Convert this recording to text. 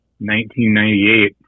1998